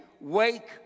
wake